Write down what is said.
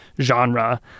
genre